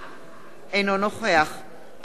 אינו נוכח אמנון כהן,